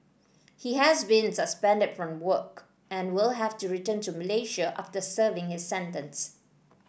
he has been suspended from work and will have to return to Malaysia after serving his sentence